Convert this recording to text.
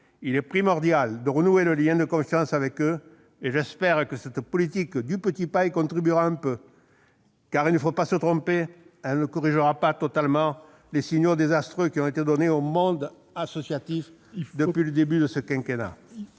Il est primordial de renouer le lien de confiance avec les associations. J'espère que cette politique « du petit pas » y contribuera un peu. Car, il ne faut pas s'y tromper, elle ne corrigera pas totalement les signaux désastreux qui ont été envoyés au monde associatif depuis le début de ce quinquennat.